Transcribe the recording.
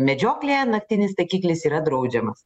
medžioklėje naktinis taikiklis yra draudžiamas